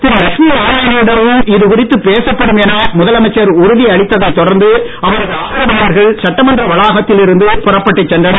திரு லட்சுமி நாராயணனிடமும் இதுகுறித்து பேசப்படும் என முதலமைச்சர் உறுதி அளித்ததைத் தொடர்ந்து அவரது ஆதரவாளர்கள் சட்டமன்ற வளாகத்தில் இருந்து புறப்பட்டுச் சென்றனர்